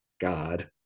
God